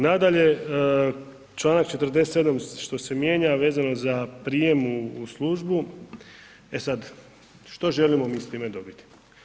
Nadalje, čl. 47. što se mijenja, a vezano za prijam u službu, e sad, što želimo mi s time dobiti?